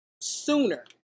sooner